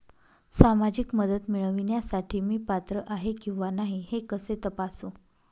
सामाजिक मदत मिळविण्यासाठी मी पात्र आहे किंवा नाही हे कसे तपासू?